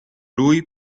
lui